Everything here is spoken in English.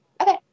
okay